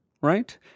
Right